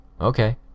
Okay